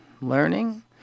learning